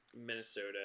Minnesota